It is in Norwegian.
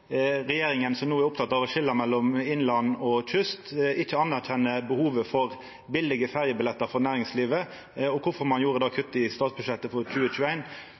regjeringa er oppteken av å skilja mellom innland og kyst, kvifor anerkjenner dei ikkje behovet for billege ferjebillettar for næringslivet? Kvifor gjorde ein det kuttet i statsbudsjettet for